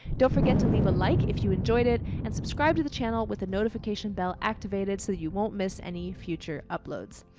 don't forget to leave a like if you enjoyed it and subscribe to the channel with the notification bell activated so you won't miss any future uploads.